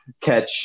catch